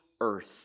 earth